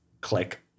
click